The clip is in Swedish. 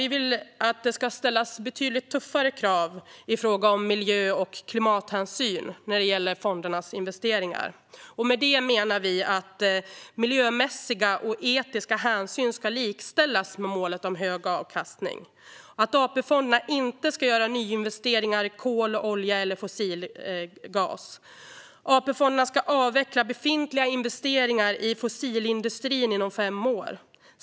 Vi vill att det ska ställas betydligt tuffare krav i fråga om miljö och klimathänsyn när det gäller fondernas investeringar. Med det menar vi att miljömässiga och etiska hänsyn ska likställas med målet om hög avkastning. AP-fonderna ska inte göra några nyinvesteringar i kol, olja eller fossilgas. AP-fonderna ska avveckla befintliga investeringar i fossilindustrin inom fem år.